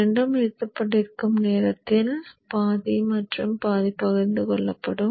இரண்டும் நிறுத்தப்பட்டிருக்கும் நேரத்தில் பாதி மற்றும் பாதி பகிர்ந்து கொள்ளப்படும்